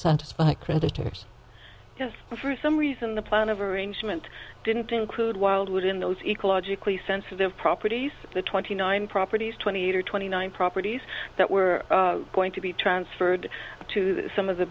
satisfy creditors just for some reason the plan of arrangement didn't include wildwood in those ecologically sensitive properties the twenty nine properties twenty eight or twenty nine properties that were going to be transferred to some of the